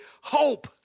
hope